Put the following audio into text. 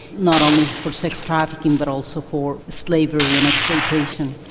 not only for sex trafficking but also for slavery and exploitation.